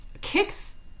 kicks